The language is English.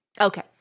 Okay